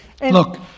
Look